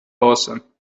hause